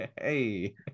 Hey